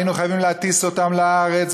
היינו חייבים להטיס אותם לארץ,